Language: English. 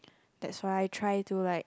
that's why I try to like